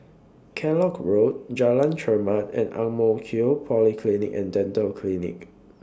Kellock Road Jalan Chermat and Ang Mo Kio Polyclinic and Dental Clinic